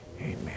amen